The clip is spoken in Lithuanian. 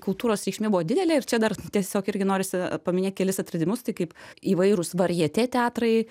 kultūros reikšmė buvo didelė ir čia dar tiesiog irgi norisi paminėt kelis atradimus tai kaip įvairūs varjete teatrai